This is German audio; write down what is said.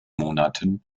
monaten